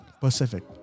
Pacific